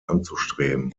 anzustreben